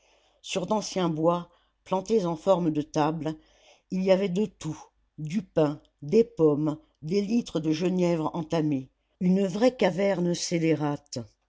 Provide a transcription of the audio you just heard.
sur d'anciens bois plantés en forme de table il y avait de tout du pain des pommes des litres de genièvre entamés une vraie caverne scélérate